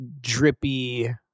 drippy